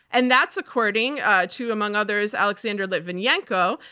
and that's according to, among others, alexander litvinenko,